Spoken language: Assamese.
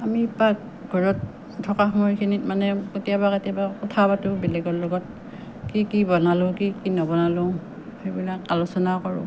আমি পাকঘৰত থকা সময়খিনিত মানে কেতিয়াবা কেতিয়াবা কথা পাতোঁ বেলেগৰ লগত কি কি বনালোঁ কি কি নবনালোঁ সেইবিলাক আলোচনা কৰোঁ